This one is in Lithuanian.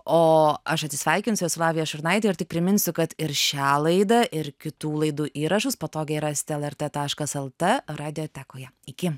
o aš atsisveikinsiu esu lavija šurnaitė ir tik priminsiu kad ir šią laidą ir kitų laidų įrašus patogiai rasite lrt taškas lt radiotekoje iki